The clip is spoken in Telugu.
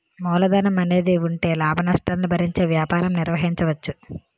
మూలధనం అనేది ఉంటే లాభనష్టాలను భరించే వ్యాపారం నిర్వహించవచ్చు